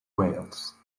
whales